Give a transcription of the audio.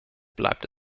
bleibt